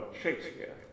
Shakespeare